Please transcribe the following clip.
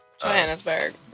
Johannesburg